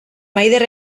maider